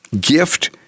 gift